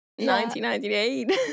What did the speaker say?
1998